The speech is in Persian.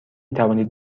توانید